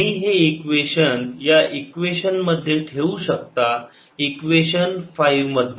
तुम्ही हे इक्वेशन या इक्वेशन मध्ये ठेवू शकता इक्वेशन 5 मध्ये